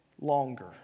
longer